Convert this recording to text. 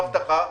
באבטחה,